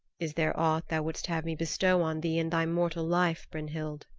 is there aught thou wouldst have me bestow on thee in thy mortal life, brynhild?